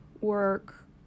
work